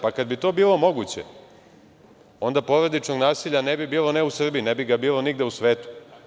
Kad bi to i bilo moguće, onda porodičnog nasilja ne bi bilo, ne u Srbiji, ne bi ga bilo nigde u svetu.